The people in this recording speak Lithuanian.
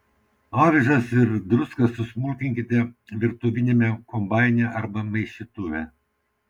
avižas ir druską susmulkinkite virtuviniame kombaine arba maišytuve